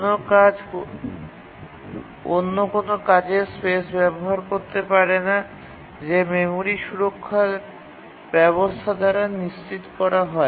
কোনও কাজ অন্য কোনও কাজের স্পেস ব্যবহার করতে পারে না যা মেমরি সুরক্ষা ব্যবস্থা দ্বারা নিশ্চিত করা হয়